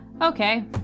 okay